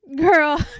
Girl